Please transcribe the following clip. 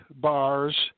bars